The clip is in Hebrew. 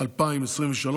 שנת 2023,